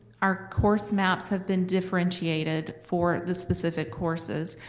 our course maps have been differentiated for the specific courses.